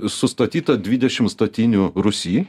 sustatyta dvidešim statinių rūsy